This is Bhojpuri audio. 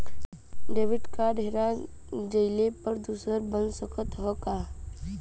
डेबिट कार्ड हेरा जइले पर दूसर बन सकत ह का?